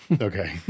Okay